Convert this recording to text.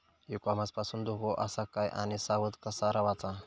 E commerce पासून धोको आसा काय आणि सावध कसा रवाचा?